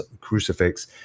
Crucifix